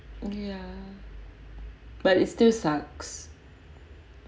ya but it still sucks